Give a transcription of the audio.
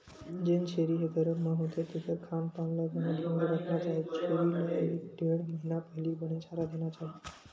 जेन छेरी ह गरभ म होथे तेखर खान पान ल बने ढंग ले रखना चाही छेरी ल एक ढ़ेड़ महिना पहिली बने चारा देना चाही